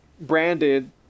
branded